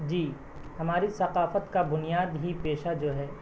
جی ہماری ثقافت کا بنیاد ہی پیشہ جو ہے